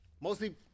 Mostly